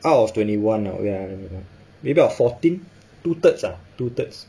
out of twenty one ah wait ah let me uh maybe about fourteen two thirds ah two thirds